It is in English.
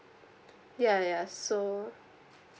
ya ya so